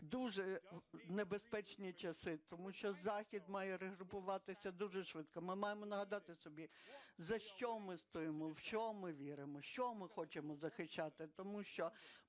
Захід має групуватися дуже швидко. Ми маємо нагадати собі, за що ми стоїмо, в що ми віримо, що ми хочемо захищати.